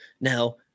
Now